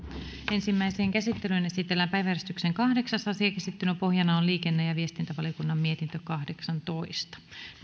ensimmäiseen käsittelyyn esitellään päiväjärjestyksen kahdeksas asia käsittelyn pohjana on liikenne ja viestintävaliokunnan mietintö kahdeksantoista nyt